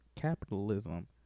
capitalism